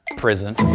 prison.